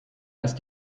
ist